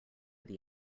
this